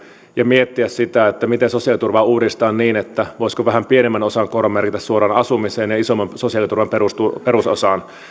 ja miettiä sitä miten sosiaaliturvaa uudistetaan niin että voisi vähän pienemmän osan korvamerkitä suoraan asumiseen ja isomman sosiaaliturvan perusosaan